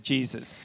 Jesus